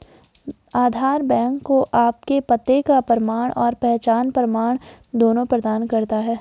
आधार bank को आपके पते का प्रमाण और पहचान प्रमाण दोनों प्रदान करता है